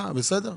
בסדר.